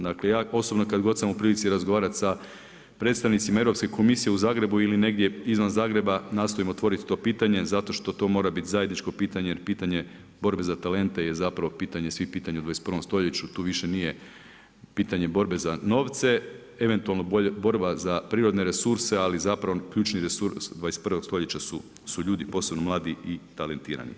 Dakle, ja osobno kada god sam u prilici razgovarati sa predstavnicima Europske komisije u Zagrebu ili negdje izvan Zagreba nastojim otvoriti to pitanje, zato što to mora biti zajedničko pitanje, pitanje borbe za talente je zapravo pitanje svih pitanja u 21. stoljeću, tu više nije pitanje borbe za novce, eventualno borba za privatne resurse, ali zapravo ključni resurs 21. stoljeća su ljudi posebno mladi i talentirani.